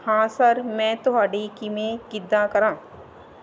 ਹਾਂ ਸਰ ਮੈਂ ਤੁਹਾਡੀ ਕਿਵੇਂ ਕਿੱਦਾਂ ਕਰਾਂ